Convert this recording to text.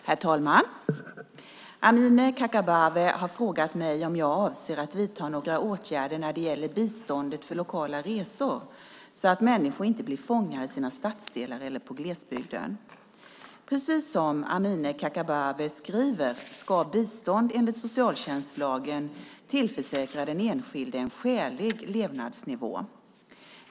Herr talman! Amineh Kakabaveh har frågat mig om jag avser att vidta några åtgärder när det gäller biståndet för lokala resor så att människor inte blir fångar i sina stadsdelar eller på glesbygden. Precis som Amineh Kakabaveh skriver ska bistånd enligt socialtjänstlagen tillförsäkra den enskilde en skälig levnadsnivå.